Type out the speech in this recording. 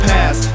Past